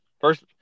First